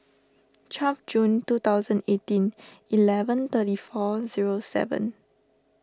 twelve June two thousand eighteen eleven thirty four zero seven